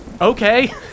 Okay